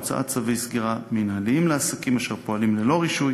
הוצאת צווי סגירה מינהליים לעסקים אשר פועלים ללא רישוי